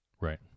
Right